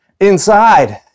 inside